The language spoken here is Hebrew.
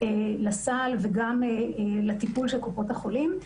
לסל וגם לטיפול של קופות החולים.